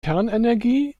kernenergie